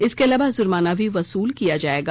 इसके अलावा जुर्माना भी वसूल किया जायेगा